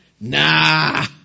nah